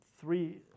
three